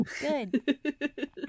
Good